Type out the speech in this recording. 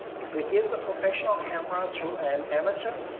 if we give the professional camera to an amateur,